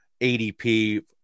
ADP